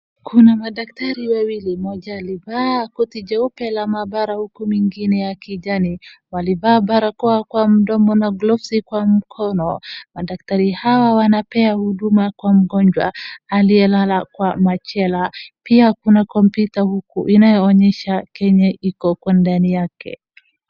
Kuna madaktari wawili. Mmoja alivaa koti jeupe la maabara huku mwingine ya kijani. Walivaa barakoa kwa mdomo na gloves kwa mkono. Madaktari hawa wanapea hudumu kwa mgonjwa aliyelala kwa machela. Pia kuna kompyuta huku inayoonyesha kenye iko huko ndani yake.